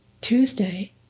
Tuesday